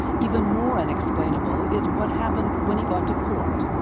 even more unexplainable is what happened when he got to court.